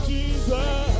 Jesus